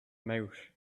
mouth